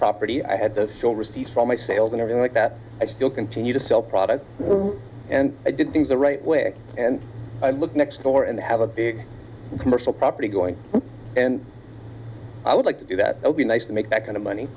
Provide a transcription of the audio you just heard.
property i had to fill receipts from my sales and everything like that i still continue to sell products and i did things the right way and i look next door and have a big commercial property going and i would like to do that it would be nice to make that kind of money